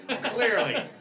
clearly